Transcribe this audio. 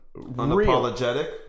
unapologetic